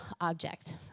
object